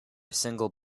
single